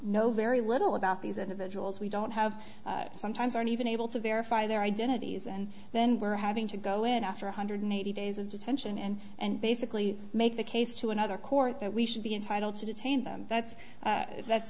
know very little about these individuals we don't have sometimes aren't even able to verify their identities and then we're having to go in after one hundred eighty days of detention and and basically make the case to another court that we should be entitled to detain them that's it that's